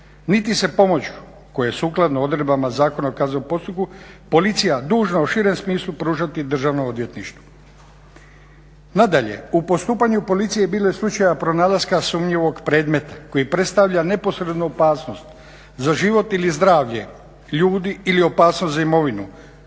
niti se pomoć koja je sukladno odredbama Zakona o kaznenom postupku policija dužna u širem smislu pružati državnom odvjetništvu. Nadalje, u postupanju policije je bilo slučajeva pronalaska sumnjivog predmeta koji predstavlja neposrednu opasnost za život ili zdravlje ljudi ili opasnost za imovinu,